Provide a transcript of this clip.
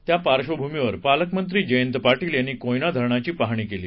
त्या पार्श्वभूमीवर पालकमंत्री जयंत पाटील यांनी कोयना धरणाची पाहणी केली